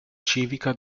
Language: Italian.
civica